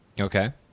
Okay